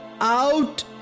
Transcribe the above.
Out